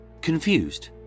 Confused